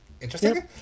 interesting